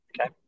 okay